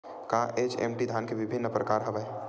का एच.एम.टी धान के विभिन्र प्रकार हवय?